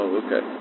okay